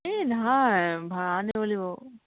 এই নহয় ভাড়া দিব লাগিব